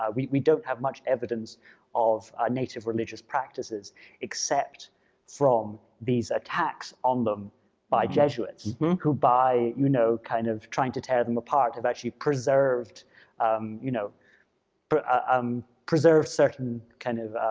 ah we we don't have much evidence of native religious practices except from these attacks on them by jesuits who by you know kind of trying to tear them apart have actually preserved you know but um preserved certain kind of